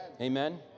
Amen